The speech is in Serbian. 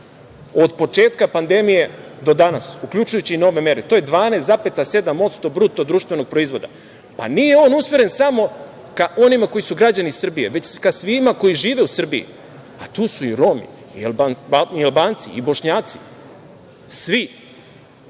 od početka pandemije do danas, uključujući i nove mere. To je 12,7% BDP. Pa, nije on usmeren samo ka onima koji su građani Srbije, već ka svima koji žive u Srbiji, a tu su i Romi i Albanci i Bošnjaci,